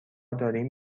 داریم